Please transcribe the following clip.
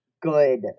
Good